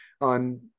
on